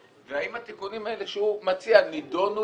והאם התיקונים האלה שהוא מציע נידונו